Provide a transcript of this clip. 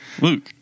Luke